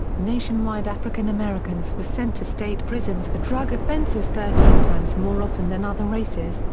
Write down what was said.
nationwide african-americans were sent to state prisons for drug offenses thirteen times more often than other races,